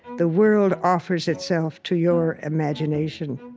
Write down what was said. the world offers itself to your imagination,